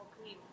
cream